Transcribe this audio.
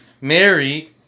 Mary